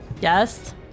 Yes